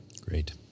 great